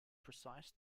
precise